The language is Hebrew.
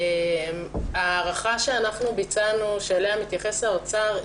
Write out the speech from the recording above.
ההערכה שאנחנו ביצענו שאליה מתייחס האוצר,